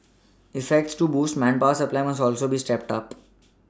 efforts to boost manpower supply must also be stepped up